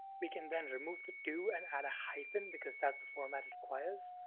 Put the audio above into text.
we can then remove the to and add a hyphen because that's the format it requires.